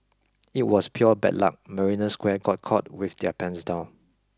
it was pure bad luck Marina Square got caught with their pants down